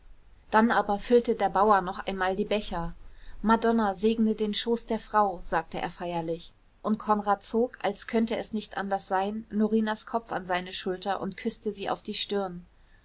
dann aber füllte der bauer noch einmal die becher madonna segne den schoß der frau sagte er feierlich und konrad zog als könnte es nicht anders sein norinas kopf an seine schulter und küßte sie auf die stirn